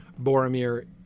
Boromir